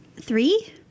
Three